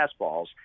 fastballs